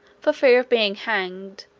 for fear of being hanged,